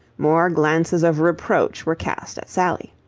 more glances of reproach were cast at sally.